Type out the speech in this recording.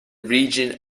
region